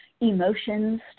emotions